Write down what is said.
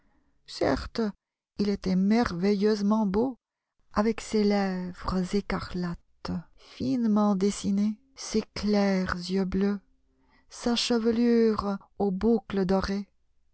certes il était merveilleusement beau avec ses lèvres écarlates finement dessinées ses clairs yeux bleus sa chevelure aux boucles dorées